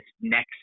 next